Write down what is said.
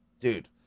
Dude